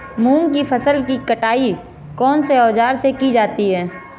मूंग की फसल की कटाई कौनसे औज़ार से की जाती है?